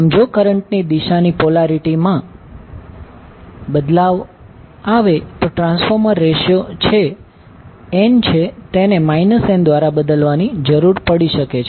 આમ જો કરંટ ની દિશાની પોલારિટી માં બદલાવ આવે તો ટ્રાન્સફોર્મર રેશિયો જે n છે તેને n દ્વારા બદલવાની જરૂર પડી શકે છે